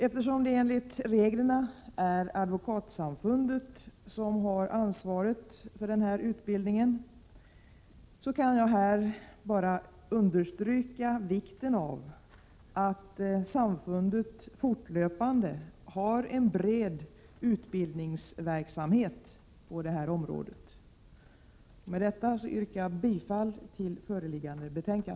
Eftersom det enligt reglerna är Advokatsamfundet som har ansvaret för denna utbildning kan jag här bara understryka vikten av att samfundet fortlöpande har en bred utbildningsverksamhet på detta område. Med detta yrkar jag bifall till föreliggande hemställan.